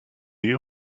you